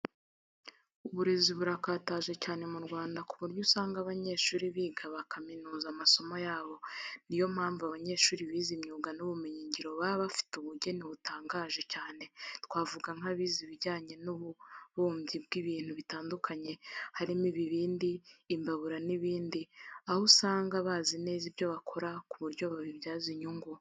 Uburezi burakataje cyane mu Rwanda ku buryo usanga abanyeshuri biga bakaminuza amasomo yabo, ni yo mpamvu abanyeshuri bize imyuga n'ubumenyingiro baba bafite ubugeni butangaje cyane twavuga nk'abize ibijyanye n'ububumbyi bw'ibintu bitandukanye harimo ibibindi, imbabura n'ibindi, aho usanga bazi neza ibyo bakora ku buryo babibyaza inyungu.